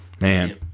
Man